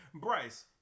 Bryce